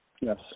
Yes